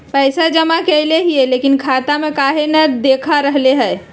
पैसा जमा कैले हिअई, लेकिन खाता में काहे नई देखा रहले हई?